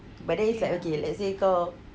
but then it's like okay let's say kau